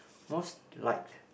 most liked